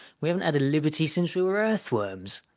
we haven't had a liberty since we were earthworms!